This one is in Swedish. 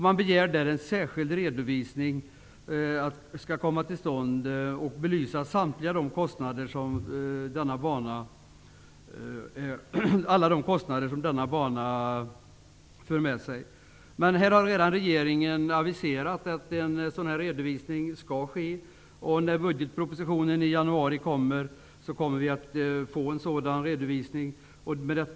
Man begär där att en särskild redovisning i syfte att belysa alla de kostnader som denna bana för med sig skall komma till stånd. Regeringen har redan aviserat att en sådan redovisning skall ske. När budgetpropositionen kommer i januari får vi en sådan redovisning.